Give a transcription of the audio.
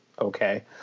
Okay